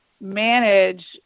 manage